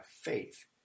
faith